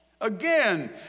Again